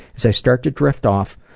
as i start to drift off,